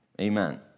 Amen